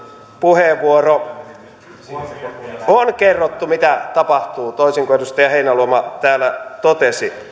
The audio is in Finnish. puheenvuoro on kerrottu mitä tapahtuu toisin kuin edustaja heinäluoma täällä totesi